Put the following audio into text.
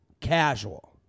casual